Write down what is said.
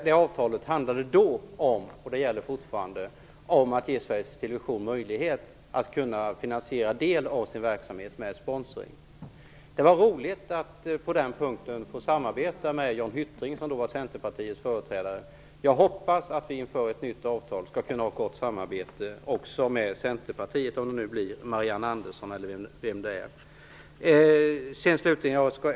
Det gällde, och det gäller fortfarande, att ge Sveriges Television möjlighet att finansiera en del av sin verksamhet med sponsring. Det var roligt att på den punkten få samarbeta med Jag hoppas att vi inför ett nytt avtal skall kunna ha ett gott samarbete också med Centerpartiet, oavsett om det blir med Marianne Andersson eller någon annan.